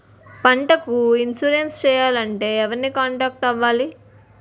పంటకు ఇన్సురెన్స్ చేయాలంటే ఎవరిని కాంటాక్ట్ అవ్వాలి?